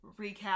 recap